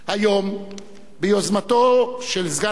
ביוזמתו של סגן השר דני אילון,